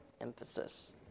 emphasis